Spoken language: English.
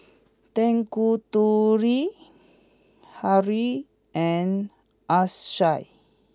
Tanguturi Hri and Akshay